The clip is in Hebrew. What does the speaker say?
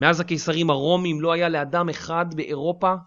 מאז הקיסרים הרומים לא היה לאדם אחד באירופה?